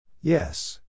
Yes